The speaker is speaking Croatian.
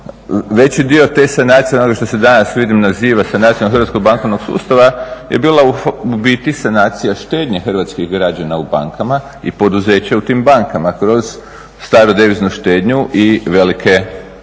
veći dio te sanacije onoga što se danas vidim naziva sanacijom hrvatskog bankovnog sustava je bila u biti sanacija štednje hrvatskih građana u bankama i poduzeće u tim bankama kroz staru deviznu štednju i velike